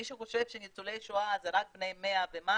מי שחושב שניצולי שואה זה רק בני 100 ומעלה,